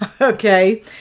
Okay